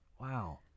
Wow